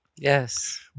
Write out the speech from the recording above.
Yes